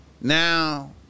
Now